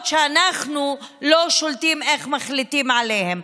שאנחנו לא שולטים איך מחליטים עליהן.